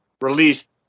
released